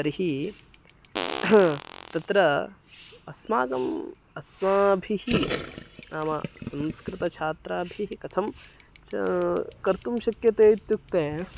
तर्हि तत्र अस्माकम् अस्माभिः नाम संस्कृतछात्राभिः कथं चा कर्तुं शक्यते इत्युक्ते